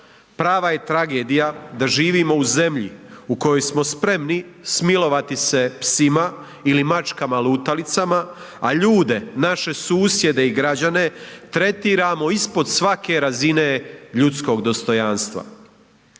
prava je tragedija da živimo u zemlji u kojoj smo spremni smilovati se psima ili mačkama lutalicama, a ljude naše susjede i građene tretiramo ispod svake razine ljudskog dostojanstva.